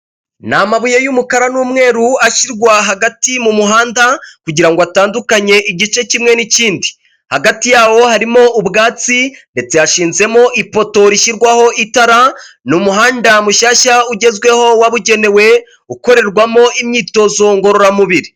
Ni amabuye y'umukara n'umweru ashyirwa hagati mu muhanda, kugira ngo atandukanye igice kimwe n'ikindi. Hagati yawo harimo ubwatsi, ndetse hashinzemo ipoto rishyirwaho itara, ni umuhanda mushyashya, ugezweho, wabugenewe, ukorerwamo imyitozo ngororamubiri.